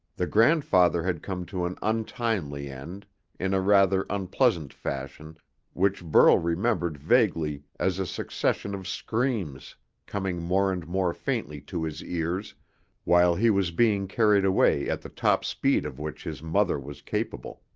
the grandfather had come to an untimely end in a rather unpleasant fashion which burl remembered vaguely as a succession of screams coming more and more faintly to his ears while he was being carried away at the top speed of which his mother was capable.